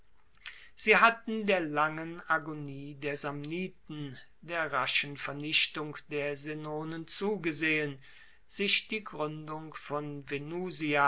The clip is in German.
sie hatten der langen agonie der samniten der raschen vernichtung der senonen zugesehen sich die gruendung von venusia